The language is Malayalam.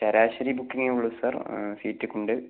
ശരാശരി ബൂക്കിങ്ങേ ഉള്ളൂ സാർ സീറ്റൊക്കെ ഉണ്ട്